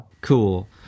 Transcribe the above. Cool